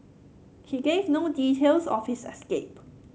he gave no details of his escape